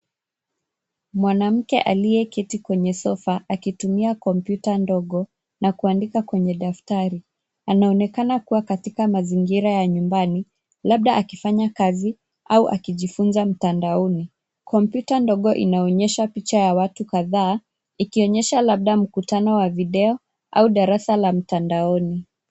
Mwanamke aliyeketi kwenye sofa akitumia kompyuta ndogo na kuandika kwenye daftari. Anaonekana kuwa katika mazingira ya nyumbani, labda akifanya kazi au akijifunza mtandaoni. Kompyuta ndogo inaonyesha picha ya watu kadhaa, ikionyesha labda mkutano wa video au darasa la mtandaoni.